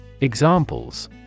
Examples